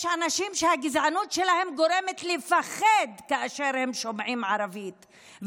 יש אנשים שהגזענות שלהם גורמת לפחד כאשר הם שומעים ערבית,